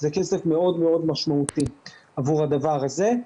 זה כסף מאוד מאוד משמעותי עבור הדבר הזה.